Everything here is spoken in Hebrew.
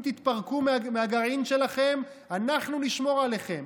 תתפרקו מהגרעין שלכם אנחנו נשמור עליכם.